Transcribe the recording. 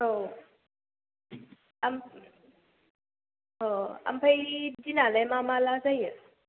औ अ ओमफ्राय दिनआलाय मा माब्ला जायो